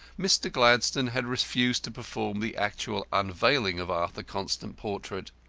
mr. gladstone had refused to perform the actual unveiling of arthur constant's portrait.